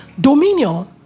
Dominion